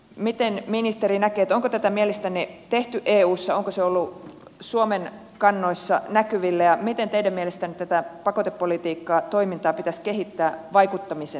miten ministeri näkee onko tätä mielestänne tehty eussa onko se ollut suomen kannoissa näkyvillä ja miten teidän mielestänne tätä pakotepolitiikkaa toimintaa pitäisi kehittää vaikuttamisen näkökulmasta